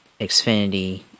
Xfinity